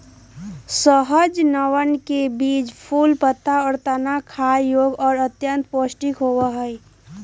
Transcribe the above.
सहजनवन के बीज, फूल, पत्ता, और तना खाय योग्य और अत्यंत पौष्टिक होबा हई